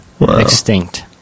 Extinct